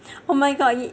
oh my god